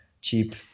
cheap